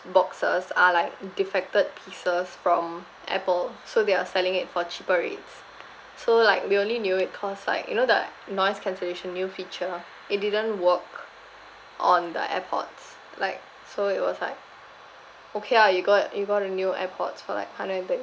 boxes are like defected pieces from apple so they are selling it for cheaper rates so like we only knew it cause like you know the noise cancellation new feature it didn't work on the airpods like so it was like okay ah you got you got a new airpods for like hundred and thirty